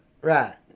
Right